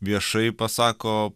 viešai pasako